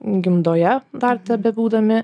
gimdoje dar tebebūdami